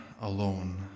alone